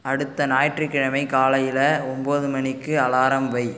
அடுத்த ஞாயிற்றுக்கிழமை காலையில் ஒன்பது மணிக்கு அலாரம் வை